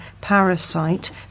parasite